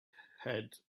had